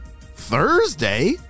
Thursday